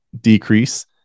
decrease